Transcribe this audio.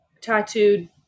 Tattooed